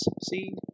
see